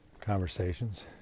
conversations